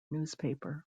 newspaper